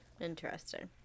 Interesting